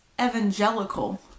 evangelical